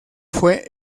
fue